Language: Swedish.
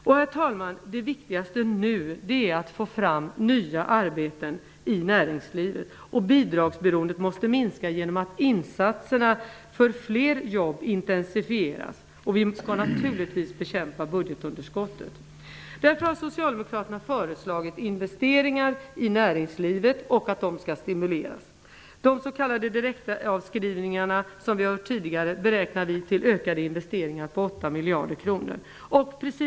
Herr talman! Det viktigaste nu är att få fram nya arbeten i näringslivet. Bidragsberoendet måste minska genom att insatserna för fler jobb intensifieras. Vi skall naturligtvis också bekämpa budgetunderskottet. Därför har socialdemokraterna föreslagit att investeringar i näringslivet skall stimuleras. De s.k. direktavskrivningar som vi hört om tidigare beräknar vi skall ge investeringar om 8 miljarder kronor.